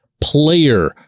player